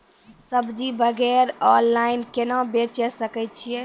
सब्जी वगैरह ऑनलाइन केना बेचे सकय छियै?